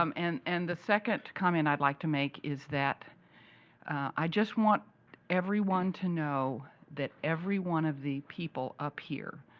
um and and the second comment i'd like to make is that i just want everyone to know that every one of the people up here,